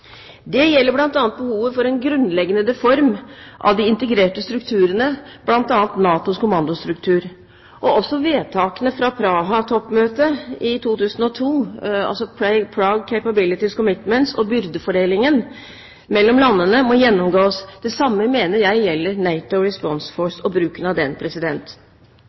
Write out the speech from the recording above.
Det gjelder bl.a. behovet for en grunnleggende reform av de integrerte strukturene, bl.a. NATOs kommandostruktur. Også vedtakene fra Praha-toppmøtet i 2002, altså Prague Capabilites Commitments, og byrdefordelingen mellom landene må gjennomgås. Det samme mener jeg gjelder NATO Response Force og bruken av den.